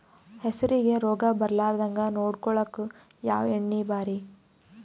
ಹೆಸರಿಗಿ ರೋಗ ಬರಲಾರದಂಗ ನೊಡಕೊಳುಕ ಯಾವ ಎಣ್ಣಿ ಭಾರಿ?